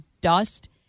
dust